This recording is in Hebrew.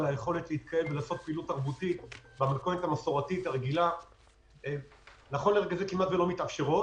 היכולת להתקהל ולעשות פעילות תרבותית במתכונת הרגילה כמעט ולא מתאפשרת